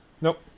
Nope